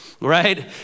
right